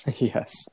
Yes